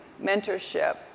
mentorship